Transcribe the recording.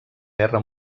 guerra